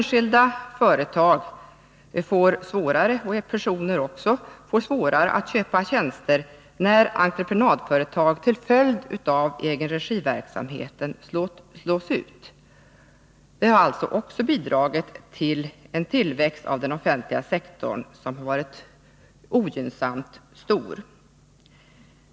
Samtidigt får enskilda personer och företag allt svårare att köpa tjänster eftersom entreprenadföretag till följd av egenregiverksamheten slås ut. En tillväxt av den offentliga sektorn har skett som varit ogynnsam även ur servicesynpunkt.